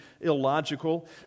illogical